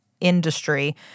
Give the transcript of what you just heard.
industry